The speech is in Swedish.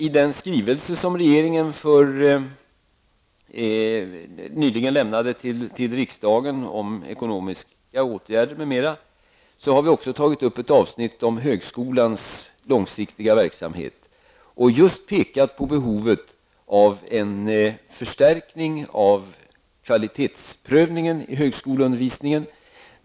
I den skrivelse som regeringen nyligen lämnade till riksdagen om ekonomiska åtgärder m.m. har vi i ett avsnitt också tagit upp högskolans långsiktiga verksamhet och just pekat på behovet av en förstärkning av kvalitetsprövningen i högskoleundervisningen.